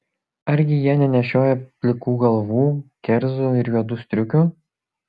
argi jie nenešioja plikų galvų kerzų ir juodų striukių